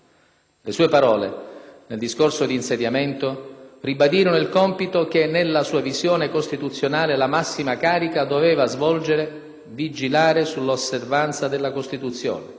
Le sue parole nel discorso di insediamento ribadirono il compito che nella sua visione costituzionale la massima carica doveva svolgere: vigilare sull'osservanza della Costituzione